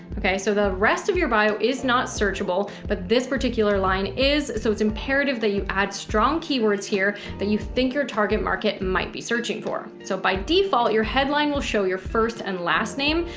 okay? so the rest of your bio is not searchable, but this particular line is so it's imperative that you add strong keywords here that you think your target market market might be searching for. so by default, your headline will show your first and last name,